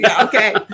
Okay